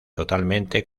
totalmente